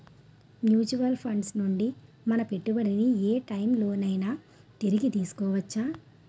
Mutual funds నుండి మన పెట్టుబడిని ఏ టైం లోనైనా తిరిగి తీసుకోవచ్చా?